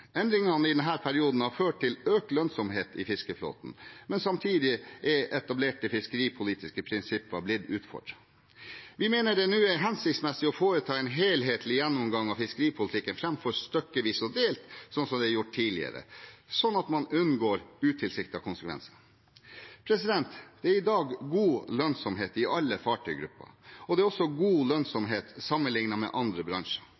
Endringene i denne perioden har ført til økt lønnsomhet i fiskeflåten, men samtidig er etablerte fiskeripolitiske prinsipper blitt utfordret. Vi mener det nå er hensiktsmessig å foreta en helhetlig gjennomgang av fiskeripolitikken framfor stykkevis og delt, slik det er gjort tidligere, slik at man unngår utilsiktede konsekvenser. Det er i dag god lønnsomhet i alle fartøygrupper, og det er også god lønnsomhet sammenlignet med andre bransjer.